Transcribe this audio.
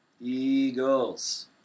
Eagles